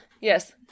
Yes